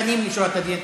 לפנים משורת הדין,